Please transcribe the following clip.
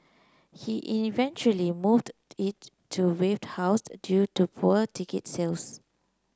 he eventually moved it to Wave House due to poor ticket sales